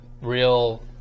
real